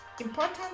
important